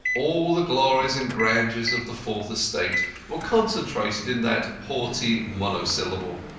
all the glories and grandeurs of the fourth estate were concentrated in that haughty monosyllable.